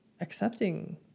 accepting